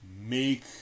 make